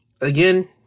Again